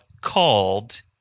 called